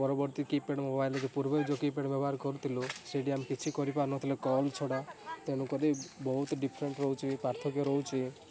ପରବର୍ତ୍ତୀ କିପ୍ୟାଡ଼୍ ମୋବାଇଲ୍ରେ ପୂର୍ବେ ଯେଉଁ କିପ୍ୟାଡ଼୍ ମୋବାଇଲ୍ ବ୍ୟବହାର କରୁଥିଲୁ ସେଠି ଆମେ କିଛି କରିପାରୁ ନଥିଲୁ କଲ୍ ଛଡ଼ା ତେଣୁକରି ବହୁତ ଡିଫରେଣ୍ଟ ରହୁଛି ପାର୍ଥକ୍ୟ ରହୁଛି